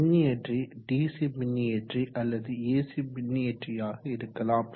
மின்னியற்றி டிசி மின்னியற்றி அல்லது ஏசி மின்னியற்றியாக இருக்கலாம்